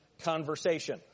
conversation